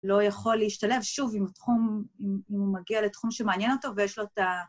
לא יכול להשתלב שוב אם התחום, אם הוא מגיע לתחום שמעניין אותו ויש לו את ה...